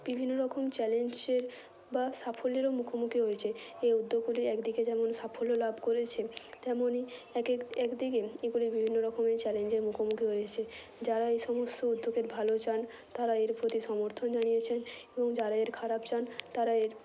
বিভিন্ন রকম চ্যালেঞ্জের বা সাফল্যেরও মুখোমুখি হয়েছে এই উদ্যোগগুলি একদিকে যেমন সাফল্য লাভ করেছে তেমনই একেক একদিকে এগুলি বিভিন্ন রকমের চ্যালেঞ্জের মুখোমুখি হয়েছে যারা এই সমস্ত উদ্যোগের ভালো চান তারা এর প্রতি সমর্থন জানিয়েছেন এবং যারাই খারাপ চান তারা এর